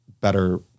better